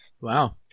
Wow